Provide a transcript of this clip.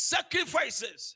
Sacrifices